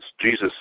Jesus